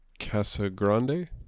Casagrande